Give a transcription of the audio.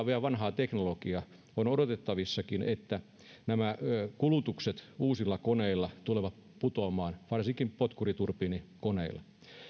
vielä vanhaa teknologiaa on odotettavissakin että nämä kulutukset uusilla koneilla tulevat putoamaan varsinkin potkuriturbiinikoneilla